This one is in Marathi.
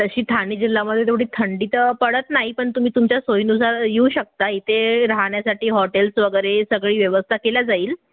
तशी ठाणे जिल्ह्यामध्ये तेवढी थंडी तर पडत नाही पण तुम्ही तुमच्या सोयीनुसार येऊ शकता इथे राहण्यासाठी हॉटेल्स वगैरे सगळी व्यवस्था केल्या जाईल